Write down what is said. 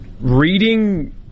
Reading